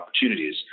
opportunities